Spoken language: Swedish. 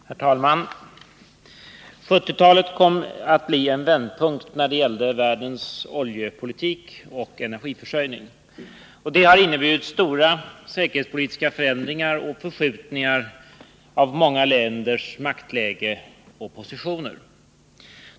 Herr talman! 1970-talet kom att bli en vändpunkt när det gäller världens oljepolitik och energiförsörjning. Det har inneburit stora säkerhetspolitiska förändringar och förskjutningar av många länders maktläge och positioner.